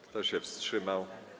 Kto się wstrzymał?